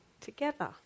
together